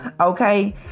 okay